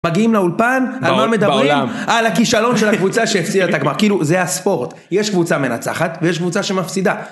מגיעים לאולפן, על מה מדברים, - בעולם, - על הכישלון של הקבוצה שהפסידה את הגמר, כאילו זה הספורט. יש קבוצה מנצחת ויש קבוצה שמפסידה.